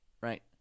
right